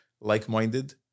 like-minded